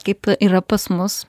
kaip yra pas mus